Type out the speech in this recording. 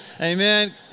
amen